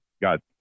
got